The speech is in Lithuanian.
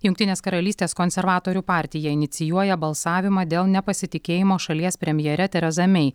jungtinės karalystės konservatorių partija inicijuoja balsavimą dėl nepasitikėjimo šalies premjere tereza mei